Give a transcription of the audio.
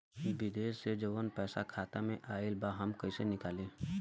विदेश से जवन पैसा खाता में आईल बा हम कईसे निकाली?